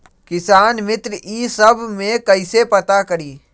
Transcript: किसान मित्र ई सब मे कईसे पता करी?